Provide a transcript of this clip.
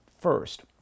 first